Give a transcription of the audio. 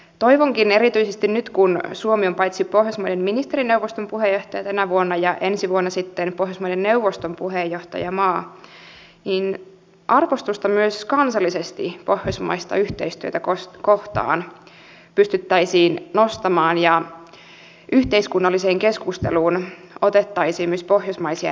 toivonkin erityisesti nyt kun suomi on tänä vuonna pohjoismaiden ministerineuvoston puheenjohtaja ja ensi vuonna sitten pohjoismaiden neuvoston puheenjohtajamaa arvostusta myös kansallisesti pohjoismaista yhteistyötä kohtaan ja sitä että pystyttäisiin nostamaan ja yhteiskunnalliseen keskusteluun ottamaan myös pohjoismaisia näkökulmia